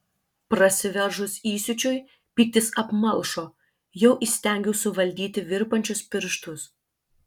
prasiveržus įsiūčiui pyktis apmalšo jau įstengiau suvaldyti virpančius pirštus